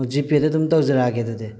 ꯑꯣ ꯖꯤꯄꯦꯗ ꯑꯗꯨꯝ ꯇꯧꯖꯔꯛꯒꯦ ꯑꯗꯨꯗꯤ